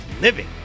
living